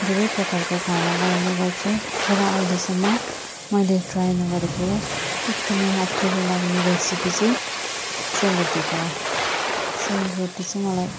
धेरै प्रकारको खाना बनाउने गर्छु तर अहिलेसम्म मैले ट्राई नगरेको एकदमै अप्ठ्यारो लाग्ने रेसिपी चाहिँ सेलरोटीको हो सेलरोटी चाहिँ मलाई